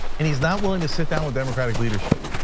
and he's not willing to sit down with democratic leadership.